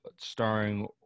starring